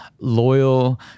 loyal